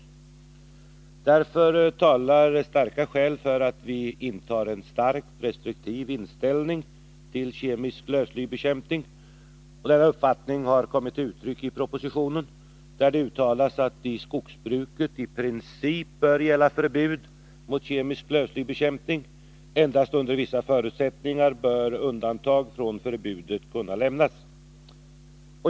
103 Därför talar starka skäl för att vi intar en starkt restriktiv inställning till kemisk lövslybekämpning. Denna uppfattning har kommit till uttryck i propositionen, där det uttalas att det i skogsbruket i princip bör gälla förbud mot kemisk lövslybekämpning. Endast under vissa förutsättningar bör undantag från förbudet kunna lämnas.